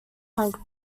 punk